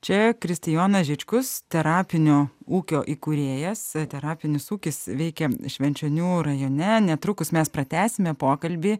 čia kristijonas žičkus terapinio ūkio įkūrėjas terapinis ūkis veikia švenčionių rajone netrukus mes pratęsime pokalbį